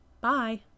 Bye